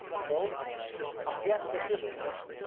so i'll guess that this guy,